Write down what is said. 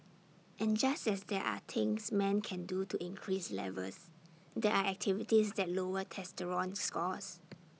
and just as there are things men can do to increase levels there are activities that lower testosterone scores